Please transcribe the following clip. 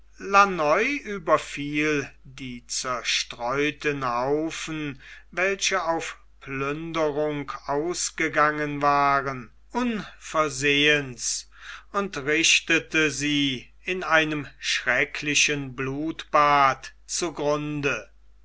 launoy überfiel die zerstreuten haufen welche auf plünderung ausgegangen waren unversehens und richtete sie in einem schrecklichen blutbade zu